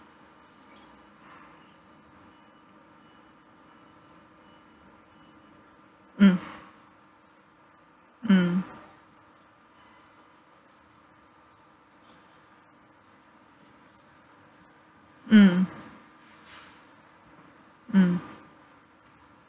mm mm mm mm